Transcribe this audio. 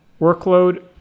workload